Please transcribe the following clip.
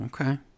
Okay